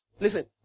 Listen